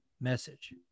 message